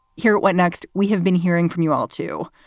here. what next? we have been hearing from you all, too,